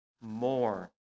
more